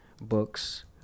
books